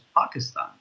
Pakistan